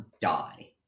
die